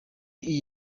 iyi